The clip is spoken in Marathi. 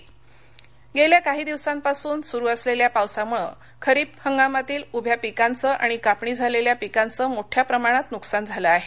पीक विमा वाशीम गेल्या काही दिवसांपासून सुरू असलेल्या पावसामूळं खरीप हंगामातील उभ्या पिकांच आणि कापणी झालेल्या पिकांच मोठ्या प्रमाणात नुकसान झाल आहे